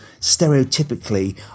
stereotypically